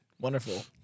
wonderful